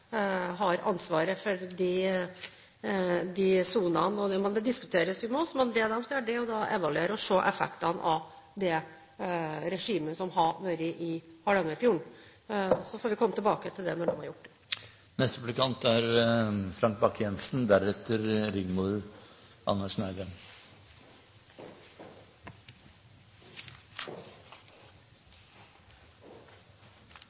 har ansvaret for de sonene. Det må diskuteres med oss, men det de skal gjøre, er å evaluere og se effektene av det regimet som har vært i Hardangerfjorden. Så får vi komme tilbake til det når de har gjort det. Vi har diskutert havbruksnæringen en rekke ganger i denne salen. Mange ganger er